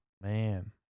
Man